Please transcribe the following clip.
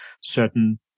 certain